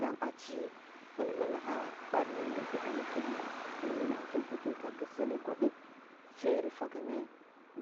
Gam achi hɨn mɨ naha ɓarino nə gwaɗa no kin nə hin mɨ nahakin hɨkin ka gə sənə gwadin fere faganə